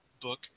book